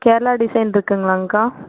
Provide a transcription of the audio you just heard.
Kerala design இருக்குங்களாங்க்கா